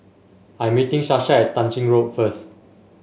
I am meeting Sasha at Tah Ching Road first